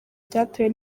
byatewe